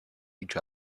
each